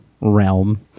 realm